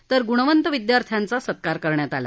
तर गुणवंत विध्यार्थ्यांचा सत्कार करण्यात आला